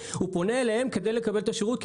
הוא פונה אליהם כדי לקבל את השירות,